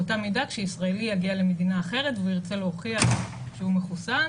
באותה מידה כשישראלי יגיע למדינה אחרת והוא ירצה להוכיח שהוא מחוסן,